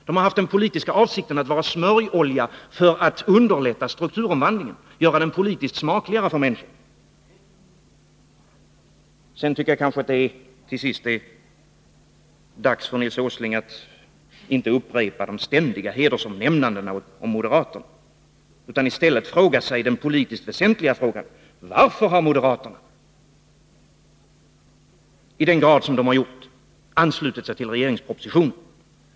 De har haft den politiska avsikten att vara smörjolja för att underlätta strukturomvandlingen och göra den politiskt smakligare för människorna. Sedan tycker jag kanske att det är dags för Nils Åsling att inte upprepa de ständiga hedersomnämnandena om moderaterna, utan i stället ställa den politiskt väsentliga frågan: Varför har moderaterna i den grad som de gjort anslutit sig till regeringens proposition?